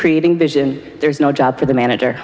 creating vision there's no job for the manager